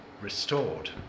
restored